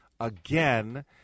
again